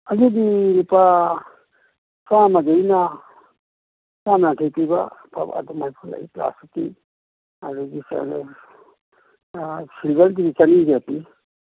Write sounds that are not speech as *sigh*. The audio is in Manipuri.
ꯑꯗꯨꯗꯤ ꯂꯨꯄꯥ ꯆꯥꯃꯗꯩꯅ ꯆꯥꯃ ꯌꯥꯡꯈꯩ ꯄꯤꯕ ꯑꯐꯕ ꯑꯗꯨꯃꯥꯏꯁꯨ ꯂꯩ ꯒ꯭ꯂꯥꯁꯇꯤꯛꯀꯤ ꯑꯗꯒꯤ *unintelligible* ꯁꯤꯜꯚꯔꯒꯤꯗꯤ ꯆꯅꯤꯒ ꯄꯤ